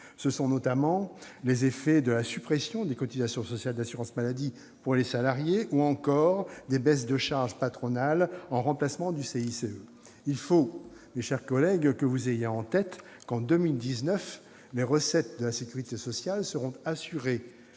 Ce sont notamment les effets de la suppression des cotisations sociales d'assurance maladie pour les salariés et des baisses de charges patronales en remplacement du CICE. Il faut que vous ayez en tête, mes chers collègues, qu'en 2019 les recettes de la sécurité sociale seront assurées